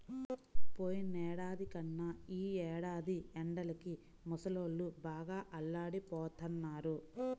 పోయినేడాది కన్నా ఈ ఏడాది ఎండలకి ముసలోళ్ళు బాగా అల్లాడిపోతన్నారు